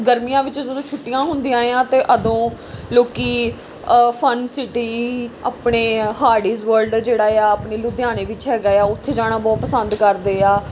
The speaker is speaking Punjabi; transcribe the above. ਗਰਮੀਆਂ ਵਿੱਚ ਜਦੋਂ ਛੁੱਟੀਆਂ ਹੁੰਦੀਆਂ ਆ ਅਤੇ ਉਦੋਂ ਲੋਕ ਫਨ ਸਿਟੀ ਆਪਣੇ ਹਾਰਡਇਜ ਵਰਡ ਜਿਹੜਾ ਆ ਆਪਣੇ ਲੁਧਿਆਣੇ ਵਿੱਚ ਹੈਗਾ ਆ ਓਥੇ ਜਾਣਾ ਬਹੁਤ ਪਸੰਦ ਕਰਦੇ ਆ